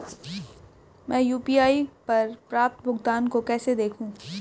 मैं यू.पी.आई पर प्राप्त भुगतान को कैसे देखूं?